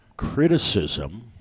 criticism